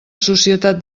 societat